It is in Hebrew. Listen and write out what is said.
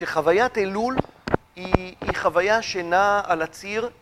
חוויה אלול היא חוויה שנעה על הציר